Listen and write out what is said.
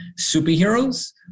superheroes